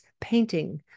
painting